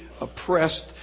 oppressed